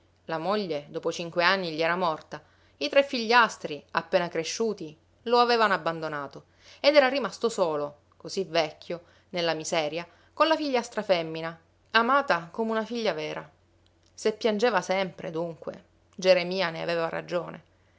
la moglie dopo cinque anni gli era morta i tre figliastri appena cresciuti lo avevano abbandonato ed era rimasto solo così vecchio nella miseria con la figliastra femmina amata come una figlia vera se piangeva sempre dunque geremia ne aveva ragione